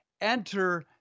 enter